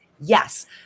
Yes